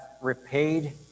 repaid